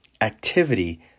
activity